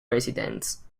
residents